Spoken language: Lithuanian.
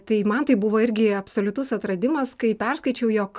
tai man tai buvo irgi absoliutus atradimas kai perskaičiau jog